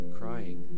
crying